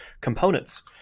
components